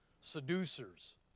seducers